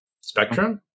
Spectrum